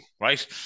Right